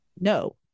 no